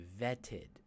vetted